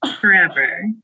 forever